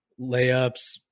layups